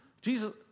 Jesus